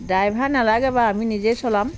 driver নালাগে বাৰু আমি নিজে চলাম